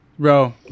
Bro